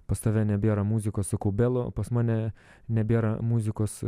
pas tave nebėra muzikos sakau belo pas mane nebėra muzikos